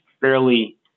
fairly